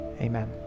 Amen